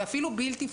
ואפילו בלתי פורמלית,